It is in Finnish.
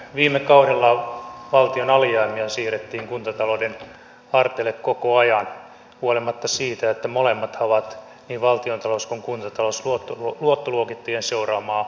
viime kaudella valtion alijäämiä siirrettiin kuntatalouden harteille koko ajan huolimatta siitä että molemmathan ovat niin valtiontalous kuin kuntatalous luottoluokittajien seuraamassa riskianalyysissä